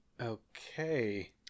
okay